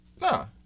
Nah